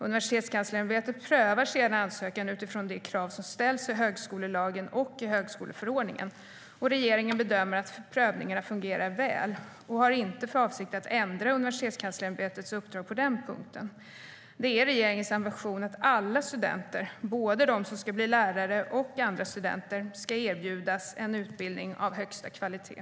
Universitetskanslersämbetet prövar sedan ansökan utifrån de krav som ställs i högskolelagen och högskoleförordningen. Regeringen bedömer att prövningarna fungerar väl och har inte för avsikt att förändra Universitetskanslersämbetets uppdrag på den punkten. Det är regeringens ambition att alla studenter, både de som ska bli lärare och andra studenter, ska erbjudas en utbildning av hög kvalitet.